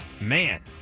Man